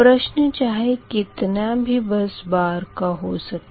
प्रश्न चाहे कितने भी बस बार का हो सकता है